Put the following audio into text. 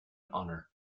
honor